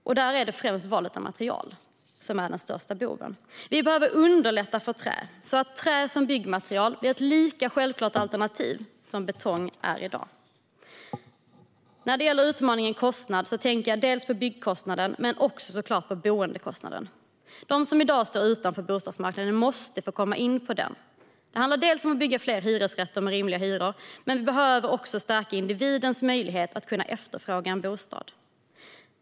Det är främst valet av material som är den största boven. Vi behöver underlätta för trä så att trä som byggmaterial är ett lika självklart alternativ som betong är i dag. När det gäller utmaningen kostnad tänker jag på byggkostnaden men såklart också på boendekostnaden. De som i dag står utanför bostadsmarknaden måste få komma in på den. Det handlar om att bygga fler hyresrätter med rimliga hyror. Men vi behöver också stärka individens möjlighet att kunna efterfråga en bostad.